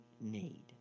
need